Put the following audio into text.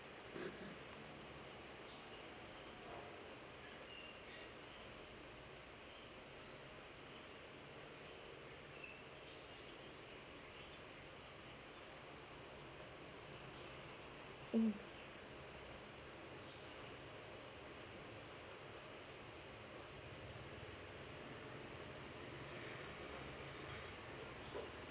mm